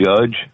judge